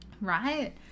Right